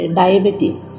diabetes